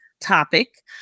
topic